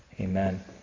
amen